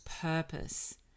purpose